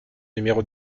numéro